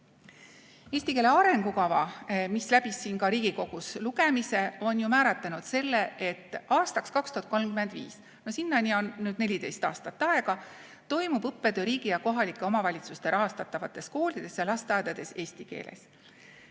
Eesti keele arengukava, mis läbis siin Riigikogus lugemise, on ju määratlenud selle, et aastaks 2035, no sinnani on 14 aastat aega, toimub õppetöö riigi ja kohalike omavalitsuste rahastatavates koolides ja lasteaedades eesti keeles.